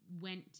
went